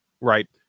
right